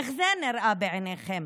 איך זה נראה בעיניכם?